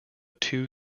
two